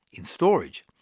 in storage,